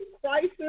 crisis